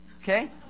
Okay